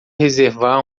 reservar